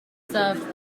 served